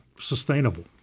sustainable